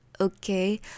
Okay